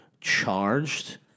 Charged